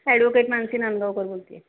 advocate Mansi Nandgaonkar बोलते आहे